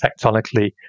tectonically